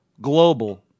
global